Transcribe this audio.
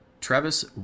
Travis